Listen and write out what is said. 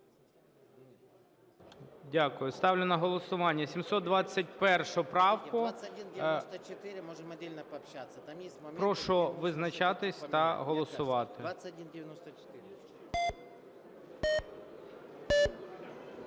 Ставлю на голосування 722 правку. Прошу визначатись та голосувати.